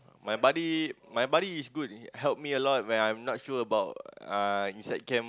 my buddy my buddy is good help me a lot when I'm not sure about uh inside camp